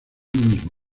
mismo